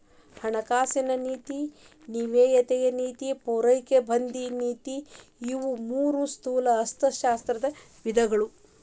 ಹಣಕಾಸಿನ ನೇತಿ ವಿತ್ತೇಯ ನೇತಿ ಪೂರೈಕೆ ಬದಿಯ ನೇತಿ ಇವು ಮೂರೂ ಸ್ಥೂಲ ಅರ್ಥಶಾಸ್ತ್ರದ ವಿಧಗಳು